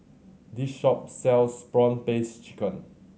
this shop sells prawn paste chicken